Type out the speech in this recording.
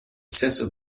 census